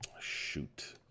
Shoot